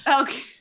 Okay